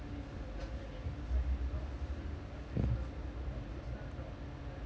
mm